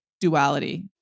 duality